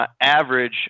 average